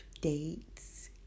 dates